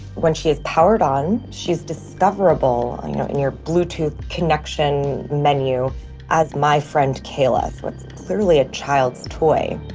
when she is powered on, she is discoverable in your bluetooth connection menu as my friend cayla, so it's clearly a child's toy.